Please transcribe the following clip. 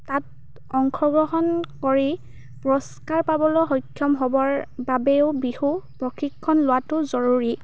তাত অংশগ্ৰহণ কৰি পুৰস্কাৰ পাবলৈ সক্ষম হ'বৰ বাবেও বিহু প্ৰশিক্ষণ লোৱাটো জৰুৰী